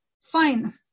Fine